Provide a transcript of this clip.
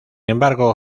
embargo